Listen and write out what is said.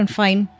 fine